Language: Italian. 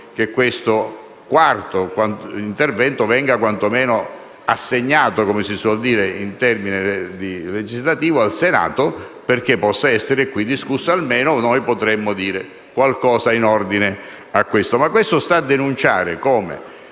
che questo quarto intervento venga quantomeno assegnato, come si suol dire in termini legislativi, al Senato perché possa essere qui discusso: almeno noi potremmo dire qualcosa in merito. Questo sta a denunciare come